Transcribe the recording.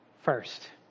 First